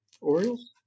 Orioles